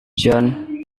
john